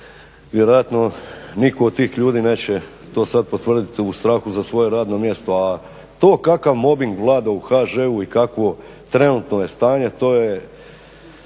vjerojatno nitko od tih ljudi neće to sad potvrdit u strahu za svoje radno mjesto. A to kakav mobing vlada u HŽ-u i kakvo trenutno je stanje, to je